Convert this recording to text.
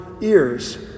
ears